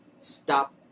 stop